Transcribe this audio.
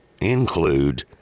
include